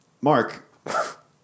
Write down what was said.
Mark